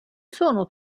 sono